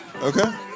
okay